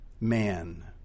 man